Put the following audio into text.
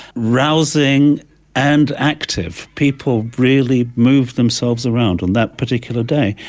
rousing and active. people really moved themselves around on that particular day.